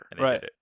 right